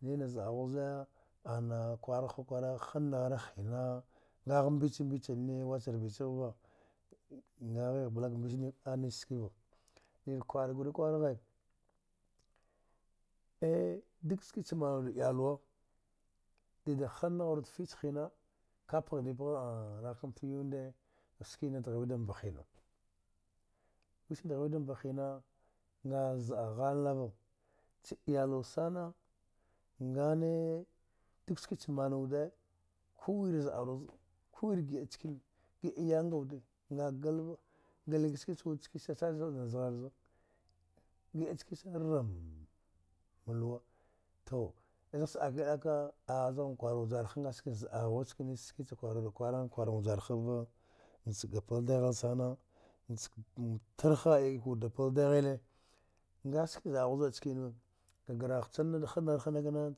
Ni ne zidu zida ana kwari kwara ana ghhvayu ghanariha aga mbici mbici wicha rvi a bla ka mbicineva ni ne kwara kwara kha duk sikina cha mana wude iyelwa dida hnari wude fte fici hina, ka phadi phanata yuwe ndi sikina dhe wude da mba hina wiski dhe wude da mba ghina a zida halnavaci iyelwa sana agani duk ski ce mana wude, kuwire zidaru zida, ku wire gida yanga nickene gida yanga wude a glava gleka ski da wude shill sina da zkadari za, gida nickene rmmm luwa. To zheci dkla aka anaci kwara vjaraha, a ski zidu nickene ski zbe kwara vjaraha, kwar-kwara vjaraha cka a pla dahide sana, tyagha kide wude de pla dahile aski zidhwe zida nickene, ga grahacinda klana na hna hna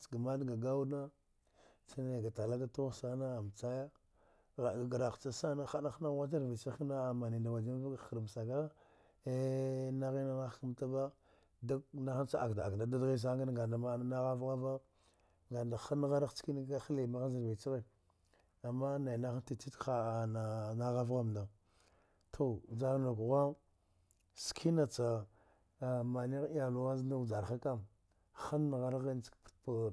cka mala ga bwa na cha naya ga talaka ga tugha sani a biciya, haɗa ga gahari sani hna hna wuci rvi, a mani nda vg vga hkarma ska, fdensaka ee nakhena nativa na cki akada dka nda dada ghene sana, ga mte nawarvar, hanari nickena hdim ha zi rvi cha, amma naya titi tikwe ana nahava vjarnuke hwa ncikena tle ci v mane tyelwa zda vjaraha tama, hanari ha ci pla tha